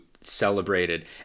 celebrated